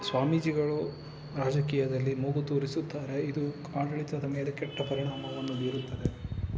ಸ್ವಾಮೀಜಿಗಳು ರಾಜಕೀಯದಲ್ಲಿ ಮೂಗು ತೂರಿಸುತ್ತಾರೆ ಇದು ಆಡಳಿತದ ಮೇಲೆ ಕೆಟ್ಟ ಪರಿಣಾಮವನ್ನು ಬೀರುತ್ತದೆ